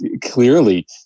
clearly